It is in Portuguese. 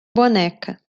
boneca